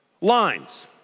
lines